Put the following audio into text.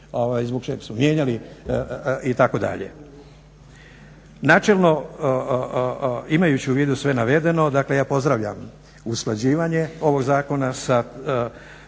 zbog čeg su mijenjali itd. Načelno, imajući u vidu sve navedeno, dakle ja pozdravljam usklađivanje ovog zakona sa